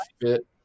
fit